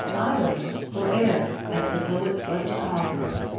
ireland, or erin, as the poets love to call her,